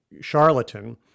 charlatan